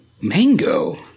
mango